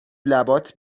لبات